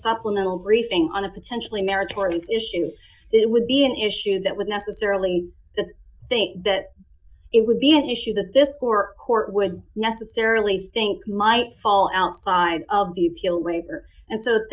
supplemental briefing on a potentially meritorious issue it would be an issue that would necessarily think that it would be an issue that this war court would necessarily think might fall outside of the appeal waiver and so